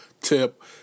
tip